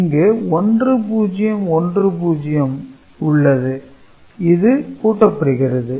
இங்கு 1010 உள்ளது இது கூட்டப்படுகிறது